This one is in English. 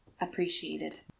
appreciated